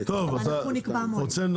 הממלכתי, כפי שמופיעות בקובץ.